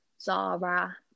zara